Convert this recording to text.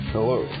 Hello